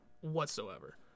whatsoever